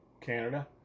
Canada